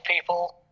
people